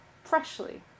Freshly